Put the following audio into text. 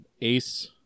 Ace